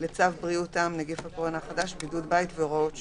לצו בריאות העם (נגיף הקורונה החדש) (בידוד בית והוראות שונות)